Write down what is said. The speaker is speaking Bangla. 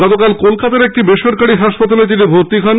গতকাল কলকাতার এক বেসরকারি হাসপাতালে তিনি ভর্তি হয়েছেন